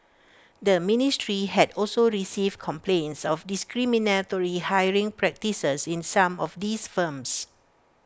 the ministry had also received complaints of discriminatory hiring practices in some of these firms